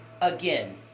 again